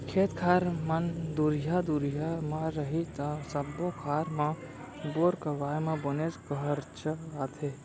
खेत खार मन दुरिहा दुरिहा म रही त सब्बो खार म बोर करवाए म बनेच खरचा आथे